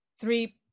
three